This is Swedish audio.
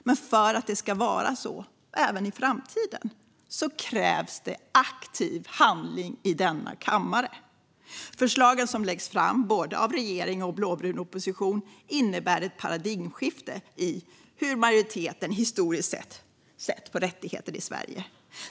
Men för att det ska vara så även i framtiden krävs det aktiv handling i denna kammare. Förslagen som läggs fram både av regering och av blåbrun opposition innebär ett paradigmskifte i hur majoriteten historiskt har sett på rättigheter i Sverige.